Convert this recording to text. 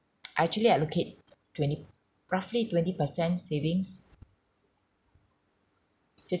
I actually allocate twenty roughly twenty per cent savings